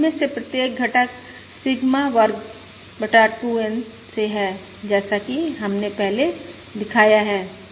अब इनमें से प्रत्येक घटक सिग्मा वर्ग 2 N से है जैसा कि हमने पहले दिखाया है